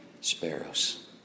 sparrows